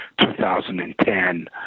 2010